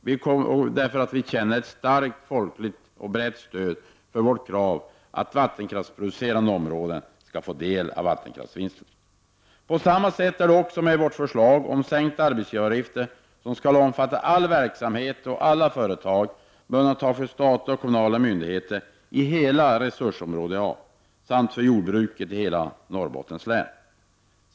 Vi upplever nämligen ett starkt och brett folkligt stöd för vårt krav på att vattenkraftsproducerande områden skall få del av vattenkraftsvinsterna. På samma sätt förhåller det sig när det gäller vårt förslag om att sänkningen av arbetsgivaravgifterna skall omfatta all verksamhet och alla företag — med undantag av statliga och kommunala myndigheter — i hela resursområde A. Detsamma gäller jordbruket i hela Norrbottens län.